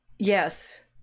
yes